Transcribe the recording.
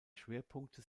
schwerpunkte